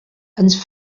ens